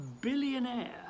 billionaire